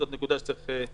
זאת נקודה שצריך בהחלט,